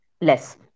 less